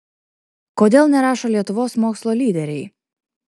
kodėl nerašo lietuvos mokslo lyderiai